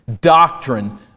Doctrine